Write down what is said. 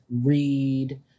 read